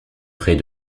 rez